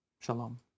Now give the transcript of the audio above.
Shalom